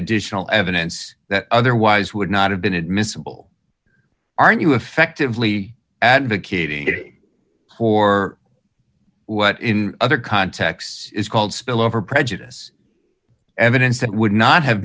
additional evidence that otherwise would not have been admissible aren't you effectively advocating for what in other contexts is called spillover prejudice evidence that would not have